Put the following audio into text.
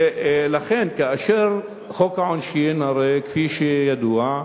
לכן, כאשר חוק העונשין, הרי כפי שידוע,